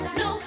no